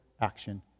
action